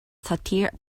satire